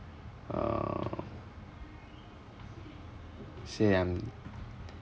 uh say that I'm